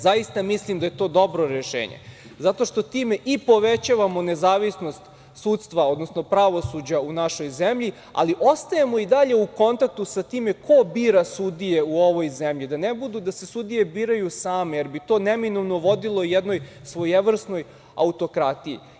Zaista mislim da je to dobro rešenje, zato što time i povećavamo nezavisnost sudstva, odnosno pravosuđa u našoj zemlji, ali ostajemo i dalje u kontaktu sa time ko bira sudije u ovoj zemlji, da ne bude da se sudije biraju same, jer bi to neminovno vodilo jednoj svojevrsnoj autokratiji.